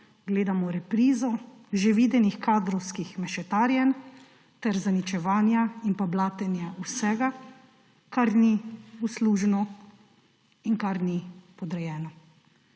gledamo reprizo že videnih kadrovskih mešetarjenj ter zaničevanja in pa blatenja vsega, kar ni uslužno in kar ni podrejeno.